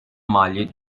maliyet